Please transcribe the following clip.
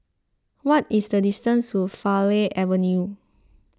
what is the distance to Farleigh Avenue